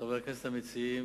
חברי הכנסת המציעים,